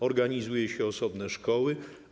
Organizuje się osobne szkoły.